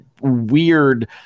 weird